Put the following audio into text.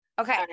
Okay